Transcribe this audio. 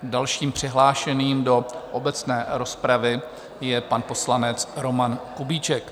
Dalším přihlášeným do obecné rozpravy je pan poslanec Roman Kubíček.